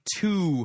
two